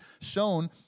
shown